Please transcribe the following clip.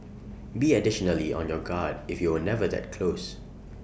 be additionally on your guard if you were never that close